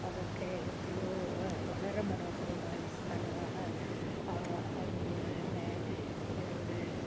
അതൊക്കെ എത്രയോ വളരെ മനോഹരമായ സ്ഥലമാണ് ആ അതുപോലെ തന്നെ ഇവിടെ